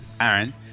Aaron